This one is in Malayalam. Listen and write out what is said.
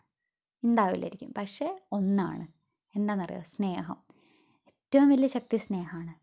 ഉണ്ടാവില്ലായിരിക്കും പക്ഷെ ഒന്നാണ് എന്താണെന്ന് അറിയുമോ സ്നേഹം ഏറ്റവും വലിയ ശക്തി സ്നേഹമാണ്